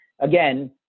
again